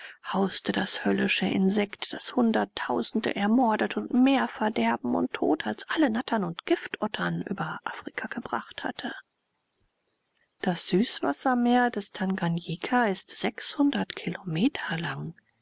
hauste das höllische insekt das hunderttausende ermordet und mehr verderben und tod als alle nattern und giftottern über afrika gebracht hat das süßwassermeer des tanganjika ist sechshundert kilometer lang